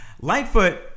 Lightfoot